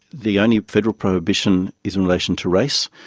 the only federal prohibition is in relation to race.